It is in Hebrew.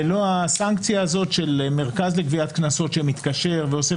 ללא הסנקציה הזאת של מרכז לגביית קנסות שמתקשר ועושה,